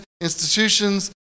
institutions